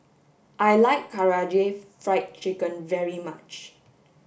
I like Karaage Fried Chicken very much